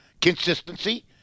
consistency